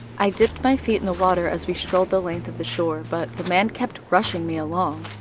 i dipped my feet in the water as we strolled the length of the shore, but the man kept rushing me along.